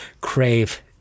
crave